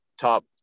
top